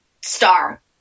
star